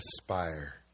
aspire